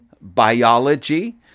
biology